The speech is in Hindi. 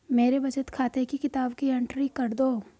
मेरे बचत खाते की किताब की एंट्री कर दो?